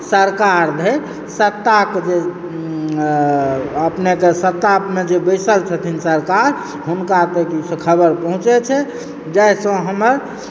सरकार धरि सत्ताक जे अपनेक सत्तामे जे बसिल छथिन सरकार हुनका तक इ खबर पहुँचैत छै जाहिसँ हमर